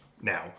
now